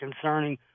concerning